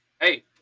Hey